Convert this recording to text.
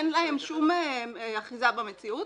אין להן שום אחיזה במציאות,